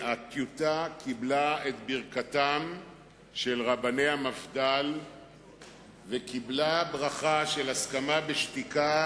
הטיוטה קיבלה את ברכתם של רבני המפד"ל וקיבלה ברכה של הסכמה שבשתיקה